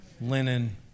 linen